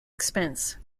expense